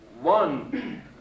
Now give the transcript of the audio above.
one